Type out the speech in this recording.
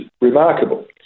remarkable